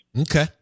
Okay